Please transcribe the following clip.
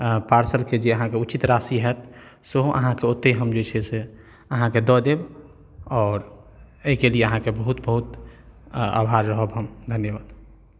पार्सलके जे उचित राशि हैत सेहो हम अहाँके ओतय जे छै से अहाँके दअ देब आओर एहिके लिए अहाँके बहुत बहुत आभार रहब हम धन्यवाद